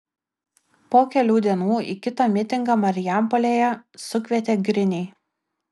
po kelių dienų į kitą mitingą marijampolėje sukvietė griniai